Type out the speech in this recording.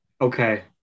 Okay